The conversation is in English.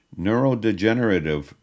neurodegenerative